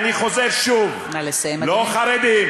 אני חוזר שוב: לא חרדים,